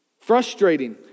frustrating